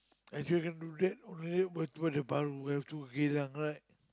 I shouldn't do that on the day to Geylang right